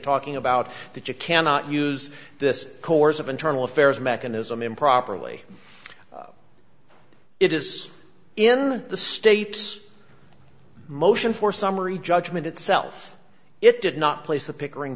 talking about that you cannot use this course of internal affairs mechanism improperly it is in the state's motion for summary judgment itself it did not place the pickering